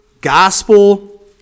gospel